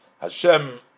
Hashem